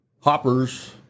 hoppers